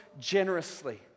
generously